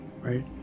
right